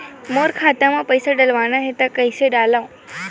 मोर खाता म पईसा डालना हे त कइसे डालव?